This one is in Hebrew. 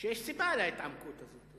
שיש סיבה להתנגדות הזאת.